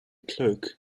cloak